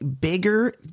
bigger